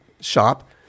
shop